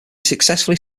successfully